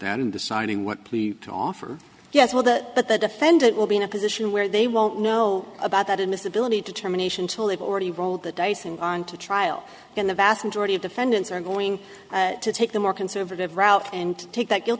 in deciding what plea offer yes well that but the defendant will be in a position where they won't know about that in this ability determination till they've already rolled the dice and on to trial then the vast majority of defendants are going to take the more conservative route and take that guilt